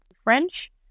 French